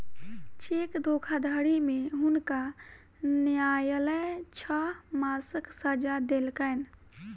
cheque धोखाधड़ी में हुनका न्यायलय छह मासक सजा देलकैन